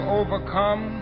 overcome